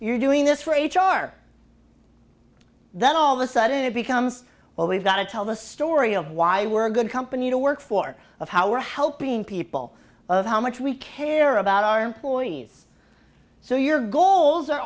you're doing this for h r then all the sudden it becomes well we've got to tell the story of why we're a good company to work for of how we're helping people of how much we care about our employees so your goals are